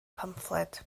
pamffled